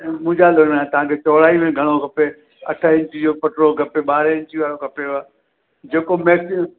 पूजा करण लाइ तव्हांखे चौड़ाई में घणो खपे अठ इंची जो पटरो खपे ॿारहं इंची वारो खपेव जेको मैक्सिमम